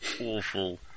awful